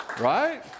Right